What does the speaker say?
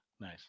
Nice